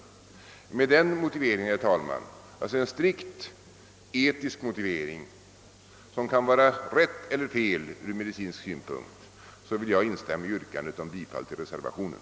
Herr talman! Med denna motivering, alltså en strikt etisk motivering, som kan vara riktig eller felaktig ur medicinsk synpunkt, vill jag instämma i yrkandet om bifall till reservationen.